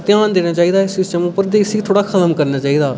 ध्यान देना चाहिदा इस सिस्टम उप्पर ते इसी थोह्ड़ा खत्म करना चाहिदा